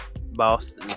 Boston